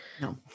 No